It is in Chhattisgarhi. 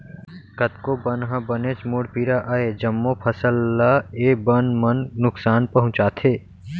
कतको बन ह बनेच मुड़पीरा अय, जम्मो फसल ल ए बन मन नुकसान पहुँचाथे